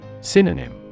Synonym